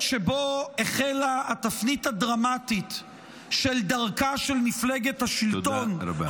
שבו החלה התפנית הדרמטית בדרכה של מפלגת השלטון,